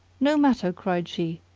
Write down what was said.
no matter, cried she,